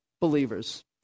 believers